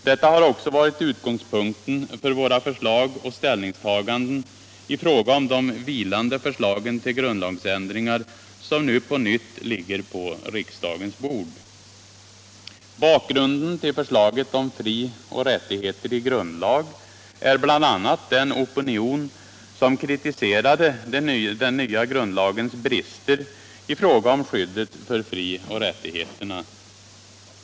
Det har också varit utgångspunkten för våra förslag och ställningstaganden i fråga om de vilande förslagen till grundlagsändringar, som nu på nytt ligger på riksdagens bord. Bakgrunden till förslaget om frioch rättigheter i grundlag är bl.a. den opinion som kritiserade den nya grundlagens brister i fråga om skyddet för frioch rättigheterna.